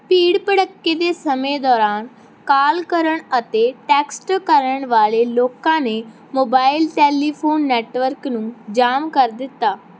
ਭੀੜ ਭੜੱਕੇ ਦੇ ਸਮੇਂ ਦੌਰਾਨ ਕਾਲ ਕਰਨ ਅਤੇ ਟੈਕਸਟ ਕਰਨ ਵਾਲੇ ਲੋਕਾਂ ਨੇ ਮੋਬਾਈਲ ਟੈਲੀਫੋਨ ਨੈਟਵਰਕ ਨੂੰ ਜਾਮ ਕਰ ਦਿੱਤਾ